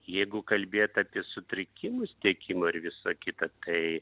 jeigu kalbėt apie sutrikimus tiekimo ir visa kita kai